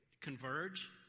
converge